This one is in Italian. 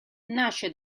nasce